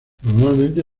normalmente